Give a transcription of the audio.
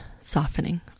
softening